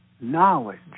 knowledge